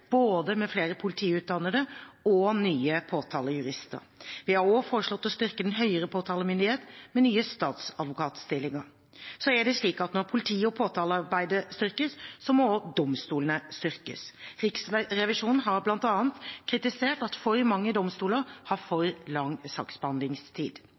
med både flere politiutdannede og nye påtalejurister. Vi har også foreslått å styrke den høyere påtalemyndighet med nye statsadvokatstillinger. Så er det slik at når politi- og påtalearbeidet styrkes, må også domstolene styrkes. Riksrevisjonen har bl.a. kritisert at for mange domstoler har